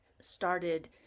started